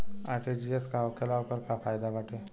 RTGS का होखेला और ओकर का फाइदा बाटे?